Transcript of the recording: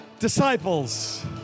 Disciples